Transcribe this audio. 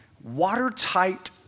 watertight